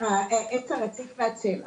הרציף והצל.